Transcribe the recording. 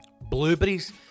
blueberries